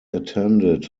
attended